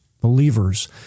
believers